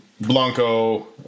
Blanco